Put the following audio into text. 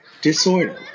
disorder